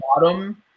bottom